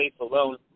alone